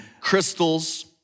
crystals